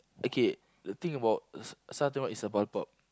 okay the thing about s~ SAR-twenty-one is the